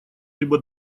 либо